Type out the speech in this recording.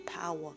power